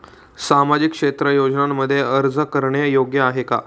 सामाजिक क्षेत्र योजनांमध्ये अर्ज करणे योग्य आहे का?